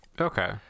okay